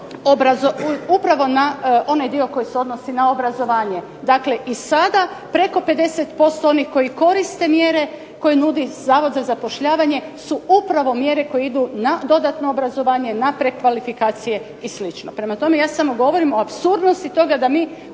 upravo na onaj dio koji se odnosi na obrazovanje. Dakle, i sada preko 50% onih koji koriste mjere koje nudi Zavod za zapošljavanje su upravo mjere koje idu na dodatno obrazovanje, na prekvalifikacije i slično. Prema tome, ja samo govorim o apsurdnosti toga da mi